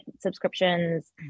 subscriptions